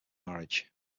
marriage